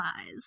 eyes